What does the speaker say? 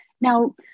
now